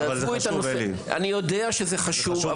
אני יודע שזה חשוב,